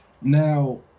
Now